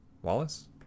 Wallace